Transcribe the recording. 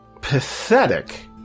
pathetic